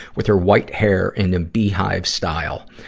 with her white hair in a beehive style.